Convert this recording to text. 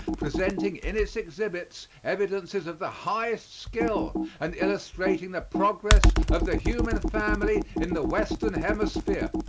presenting in its exhibits evidences of the highest skill and illustrating the progress of the human family in the western hemisphere.